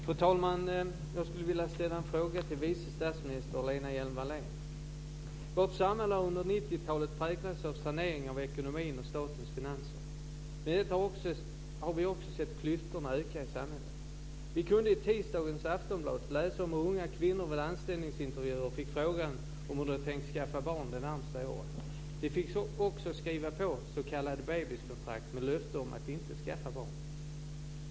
Fru talman! Jag skulle vilja ställa en fråga till vice statsminister Lena Hjelm-Wallén. Vårt samhälle har under 90-talet präglats av en sanering av ekonomin och statens finanser. Vi har också sett klyftorna öka i samhället. Vi kunde i Aftonbladet i tisdags läsa om hur unga kvinnor i anställningsintervjuer fick frågan om de hade tänkt skaffa sig barn de närmaste åren. De fick också skriva på ett s.k. bebiskontrakt med löfte om att inte skaffa barn.